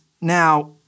Now